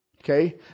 Okay